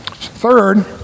Third